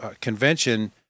convention